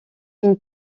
une